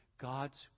God's